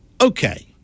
okay